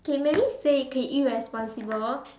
K maybe say K irresponsible